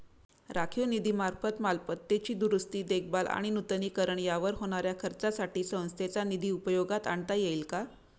राखीव निधीमार्फत मालमत्तेची दुरुस्ती, देखभाल आणि नूतनीकरण यावर होणाऱ्या खर्चासाठी संस्थेचा निधी उपयोगात आणता येईल का?